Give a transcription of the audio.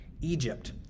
Egypt